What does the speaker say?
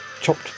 chopped